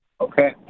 Okay